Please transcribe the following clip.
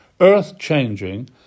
earth-changing